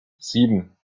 sieben